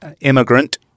immigrant